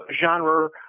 genre